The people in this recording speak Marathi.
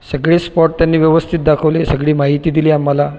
सगळे स्पॉट त्यांनी व्यवस्थित दाखवले सगळी माहिती दिली आम्हाला